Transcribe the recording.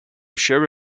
sure